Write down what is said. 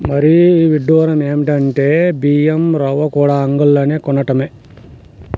మరీ ఇడ్డురం ఎందంటే బియ్యం రవ్వకూడా అంగిల్లోనే కొనటమే